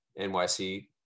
NYC